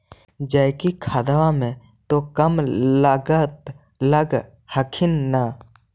जैकिक खदबा मे तो कम लागत लग हखिन न?